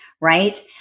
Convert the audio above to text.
right